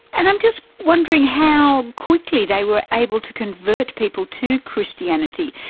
and i'm just wondering how quickly they were able to convert people to christianity,